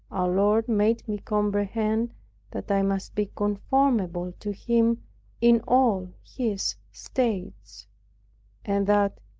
our lord made me comprehend that i must be conformable to him in all his states and that,